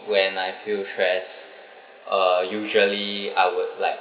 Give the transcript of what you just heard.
when I feel stressed uh usually I would like